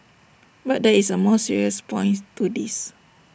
but there is A more serious points to this